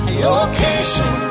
location